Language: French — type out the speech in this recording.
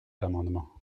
amendement